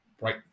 right